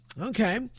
Okay